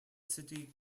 city